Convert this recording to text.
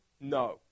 no